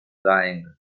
dying